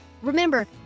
Remember